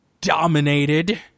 dominated